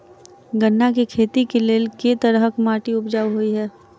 गन्ना केँ खेती केँ लेल केँ तरहक माटि उपजाउ होइ छै?